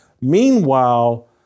Meanwhile